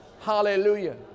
hallelujah